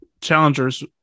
Challenger's